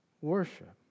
Worship